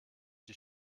die